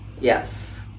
Yes